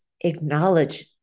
acknowledge